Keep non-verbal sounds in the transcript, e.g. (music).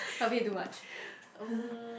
a bit too much (laughs)